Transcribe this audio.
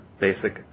basic